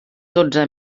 dotze